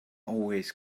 always